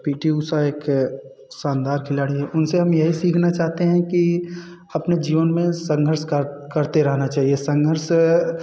P T Usha एक शानदार खिलाड़ी हैं उन से हम यही सीखना चाहते हैं कि अपने जीवन में संघर्ष कर करते रहना चाहिए संघर्ष